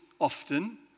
often